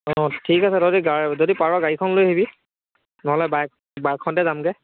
অঁ ঠিক আছে তহঁতি গা যদি পাৰ' গাড়ীখন লৈ আহিবি নহ'লে বাইক বাইকখনতে যামগৈ